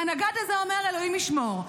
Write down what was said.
והנגד הזה אומר: אלוהים ישמור,